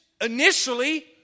initially